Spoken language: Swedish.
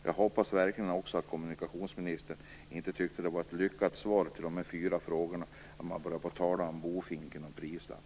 Jag hoppas också verkligen att kommunikationsministern inte tyckte att svaret på de fyra frågorna var lyckat, när det talas om bofinken och prislapp.